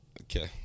Okay